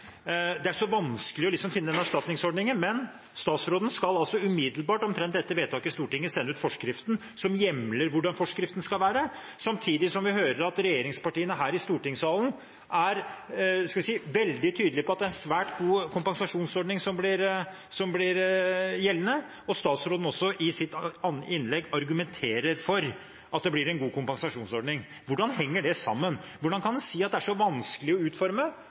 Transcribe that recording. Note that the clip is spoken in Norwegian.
Det er så vanskelig å finne en erstatningsordning, men statsråden skal omtrent umiddelbart etter vedtak i Stortinget sende ut forskriften, som hjemler hvordan forskriften skal være, samtidig som vi hører at regjeringspartiene her i stortingssalen er veldig tydelige på at det er en svært god kompensasjonsordning som blir gjeldende, og statsråden argumenterer i sitt innlegg for at det blir en god kompensasjonsordning. Hvordan henger det sammen? Hvordan kan en si at det er så vanskelig å utforme,